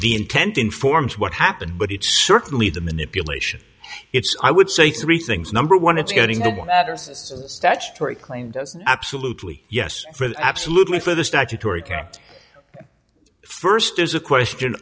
the intent informs what happened but it's certainly the manipulation it's i would say three things number one it's getting the matters that story claim doesn't absolutely yes absolutely for the statutory care act first is a question